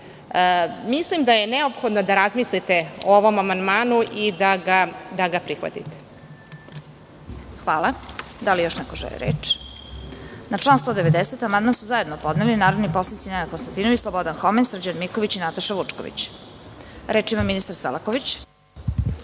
Mislim da je neophodno da razmislite o ovom amandmanu i da ga prihvatite. **Vesna Kovač** Hvala. Da li još neko želi reč? (Ne)Na član 190. amandman su zajedno podneli narodni poslanici Nenad Konstantinović, Slobodan Homen, Srđan Miković i Nataša Vučković. Reč ima ministar Selaković.